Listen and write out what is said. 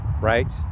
right